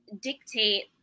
dictate